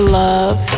love